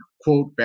quote